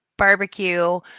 barbecue